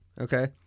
okay